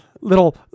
Little